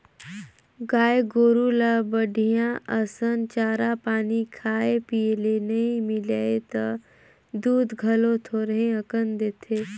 गाय गोरु ल बड़िहा असन चारा पानी खाए पिए ले नइ मिलय त दूद घलो थोरहें अकन देथे